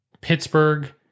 Pittsburgh